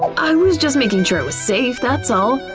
i was just making sure it was safe, that's all!